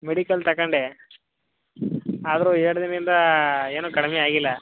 medical ತಗಂಡೆ ಆದರೂ ಎರಡು ದಿನ್ದಿಂದ ಏನೂ ಕಡಿಮೆ ಆಗಿಲ್ಲ